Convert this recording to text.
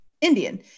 indian